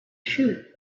shoot